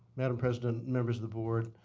madam president, members of the board,